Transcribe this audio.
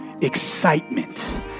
excitement